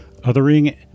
Othering